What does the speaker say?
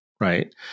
right